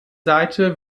seite